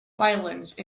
violence